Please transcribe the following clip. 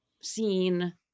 seen